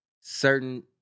certain